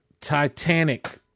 titanic